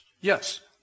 Yes